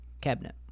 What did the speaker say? cabinet